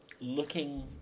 looking